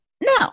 No